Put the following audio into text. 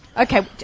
Okay